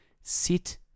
Sit